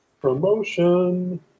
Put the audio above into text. Promotion